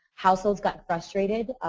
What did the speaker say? households got frustrated.